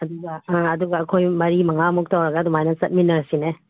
ꯑꯗꯨꯒ ꯑꯥ ꯑꯗꯨꯒ ꯑꯩꯈꯣꯏ ꯃꯔꯤ ꯃꯉꯥꯃꯨꯛ ꯇꯧꯔꯒ ꯑꯗꯨꯃꯥꯏꯅ ꯆꯠꯃꯤꯟꯅꯔꯁꯤꯅꯦ